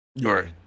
Right